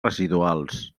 residuals